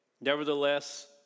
Nevertheless